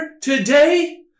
today